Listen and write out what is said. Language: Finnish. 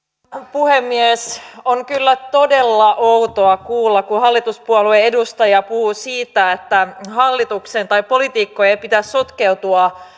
puhemies on kyllä todella outoa kuulla kun hallituspuolueen edustaja puhuu siitä että hallituksen tai poliitikkojen ei pitäisi sotkeutua